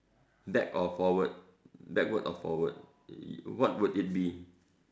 back or forward backward or forward what will it be